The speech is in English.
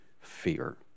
fear